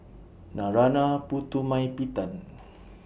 Narana Putumaippittan